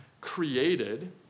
created